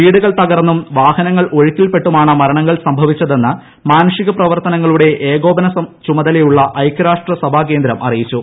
വീടുകൾ തകർന്നും വാഹനങ്ങൾ ഒഴുക്കിൽപ്പെട്ടുമാണ് മരണങ്ങൾ സംഭവിച്ചതെന്ന് മാനുഷിക പ്രവർത്തനങ്ങളുടെ ഏകോപന ചുമതലയുള്ള ഐകൃരാഷ്ട്രീ സ്ട്രികേന്ദ്രം അറിയിച്ചു